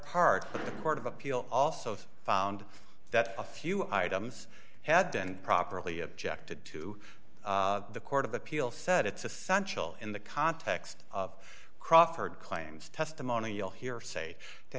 court of appeal also found that a few items had been properly objected to the court of appeal said it's essential in the context of crawford claims testimonial hearsay to